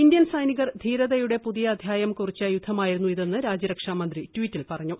Indian സൈനികർ പ്ലൂർത്യുടെ പുതിയ അധ്യായം കുറിച്ച യുദ്ധമായിരുന്നു ഇതെന്ന്് രാജ്യരക്ഷാമന്ത്രി ട്വീറ്റിൽ പറഞ്ഞു